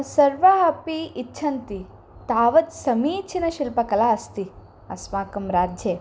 सर्वाः अपि इच्छन्ति तावत् समीचीनशिल्पकला अस्ति अस्माकं राज्ये